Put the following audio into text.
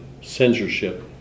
censorship